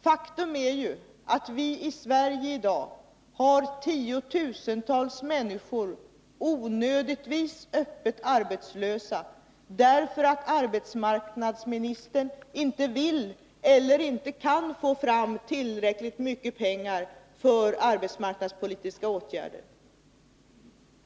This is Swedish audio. Faktum är att vi i Sverige i dag har tiotusentals människor onödigtvis öppet arbetslösa, därför att arbetsmarknadsministern inte vill eller inte kan få fram tillräckligt mycket pengar för arbetsmarknadspolitiska åtgärder.